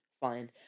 Fine